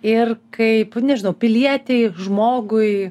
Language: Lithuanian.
ir kaip nežinau pilietei žmogui